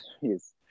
Yes